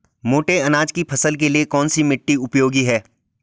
मोटे अनाज की फसल के लिए कौन सी मिट्टी उपयोगी है?